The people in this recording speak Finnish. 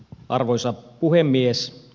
arvoisa puhemies